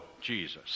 jesus